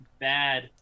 bad